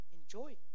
enjoy